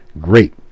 great